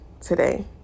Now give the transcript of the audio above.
today